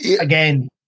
again